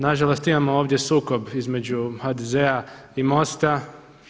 Na žalost imamo ovdje sukob između HDZ-a i MOST-a.